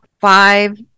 five